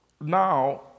now